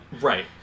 Right